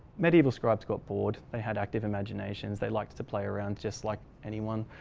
medieval scribes got bored, they had active imaginations, they liked to play around just like anyone,